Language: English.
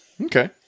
Okay